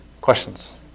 Questions